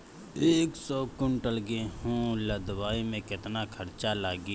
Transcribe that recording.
एक सौ कुंटल गेहूं लदवाई में केतना खर्चा लागी?